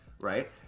right